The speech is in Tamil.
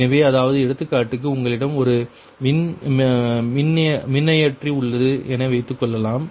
எனவே அதாவது எடுத்துக்காட்டுக்கு உங்களிடம் ஒரு மின்னியற்றி உள்ளது என வைத்துக்கொள்ளலாம்